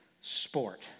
sport